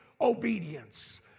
obedience